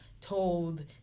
told